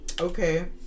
Okay